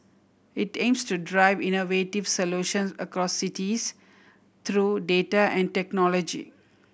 it aims to drive innovative solutions across cities through data and technology